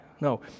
No